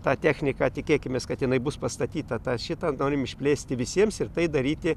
tą techniką tikėkimės kad jinai bus pastatyta tą šitą norim išplėsti visiems ir tai daryti